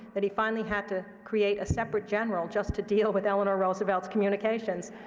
that he finally had to create a separate general just to deal with eleanor roosevelt's communications.